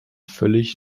völlig